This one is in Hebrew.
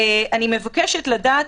אני מבקשת לדעת,